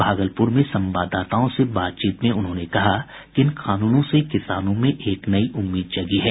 भागलप्र में संवाददाताओं से बातचीत में श्री सिंह ने कहा कि इन कानूनों से किसानों में एक नई उम्मीद जगी है